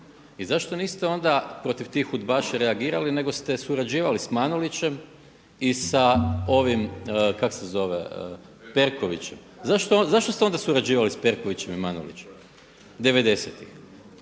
i zašto niste onda protiv tih udbaša reagirali nego ste surađivali s Manolićem i sa ovim kak se zove Perkoviće? Zašto ste onda surađivali s Perkovićem i Manolićem 90.tih?